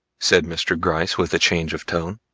said mr. gryce with a change of tone,